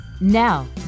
Now